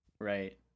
right